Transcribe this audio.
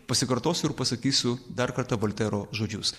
pasikartosiu ir pasakysiu dar kartą voltero žodžius